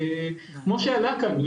כמו שעלה כאן,